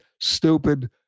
stupid